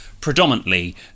predominantly